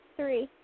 Three